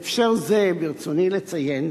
בהקשר זה ברצוני לציין